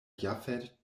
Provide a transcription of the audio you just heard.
jafet